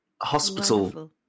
hospital